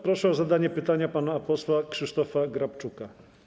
Proszę o zadanie pytania pana posła Krzysztofa Grabczuka.